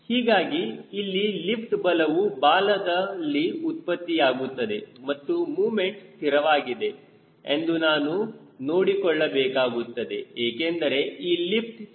ಹೀಗಾಗಿ ಇಲ್ಲಿ ಲಿಫ್ಟ್ ಬಲವು ಬಾಲದಲ್ಲಿ ಉತ್ಪತ್ತಿಯಾಗುತ್ತದೆ ಮತ್ತು ಮೊಮೆಂಟ್ ಸ್ಥಿರವಾಗಿದೆ ಎಂದು ನಾನು ನೋಡಿಕೊಳ್ಳಬೇಕಾಗುತ್ತದೆ ಏಕೆಂದರೆ ಈ ಲಿಫ್ಟ್ C